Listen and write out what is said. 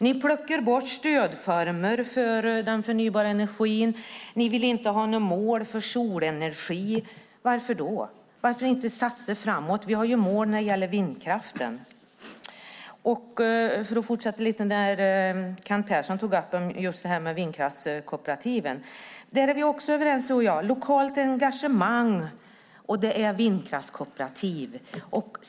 Ni plockar bort stödformer för förnybar energi. Ni vill inte ha något mål för solenergi. Varför då? Varför inte satsa framåt? Vi har ju mål när det gäller vindkraften. För att fortsätta med det som Kent Persson tog upp om vindkraftskooperativ. Där är vi också överens, du och jag. Det är lokalt engagemang - vindkraftskooperativ.